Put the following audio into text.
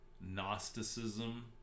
Gnosticism